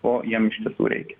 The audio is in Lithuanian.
ko jiem iš tiesų reikia